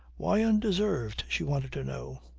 why undeserved? she wanted to know.